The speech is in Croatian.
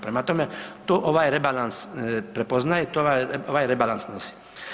Prema tome, to ovaj rebalans prepoznaje i to ovaj rebalans nosi.